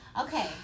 okay